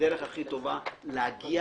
זו הדרך הכי טובה להגיע